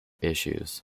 issues